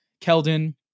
Keldon